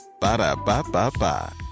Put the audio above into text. Ba-da-ba-ba-ba